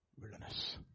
wilderness